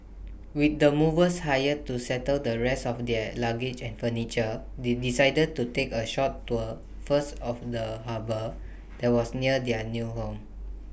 with the movers hired to settle the rest of their luggage and furniture they decided to take A short tour first of the harbour that was near their new home